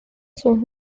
sus